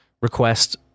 request